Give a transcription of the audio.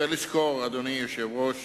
צריך לזכור, אדוני היושב-ראש,